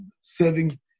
serving